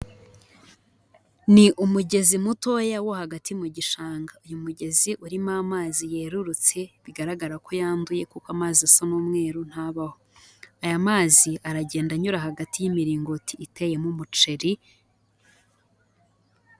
Ni umugezi mutoya wo hagati mu gishanga. Uyu mugezi urimo amazi yerurutse bigaragara ko yanduye kuko amazi asa n'umweru ntabaho, aya mazi aragenda anyura hagati y'imiringoti iteyemo umuceri.